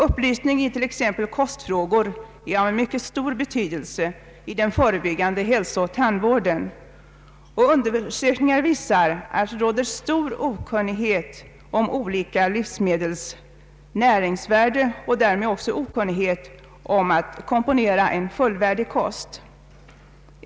Upplysning i t.ex. kostfrågor är av mycket stor betydelse i den förebyggande hälsooch tandvården. Undersökningar visar att det råder stor okunnighet om olika livsmedels näringsvärde och därmed också om hur man komponerar en fullvärdig kost.